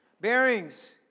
Bearings